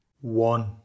one